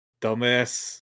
Dumbass